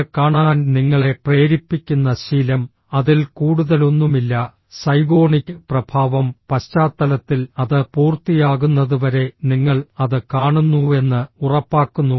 അത് കാണാൻ നിങ്ങളെ പ്രേരിപ്പിക്കുന്ന ശീലം അതിൽ കൂടുതലൊന്നുമില്ല സൈഗോണിക് പ്രഭാവം പശ്ചാത്തലത്തിൽ അത് പൂർത്തിയാകുന്നതുവരെ നിങ്ങൾ അത് കാണുന്നുവെന്ന് ഉറപ്പാക്കുന്നു